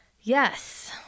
Yes